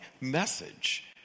message